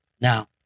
now